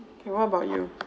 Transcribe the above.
okay what about you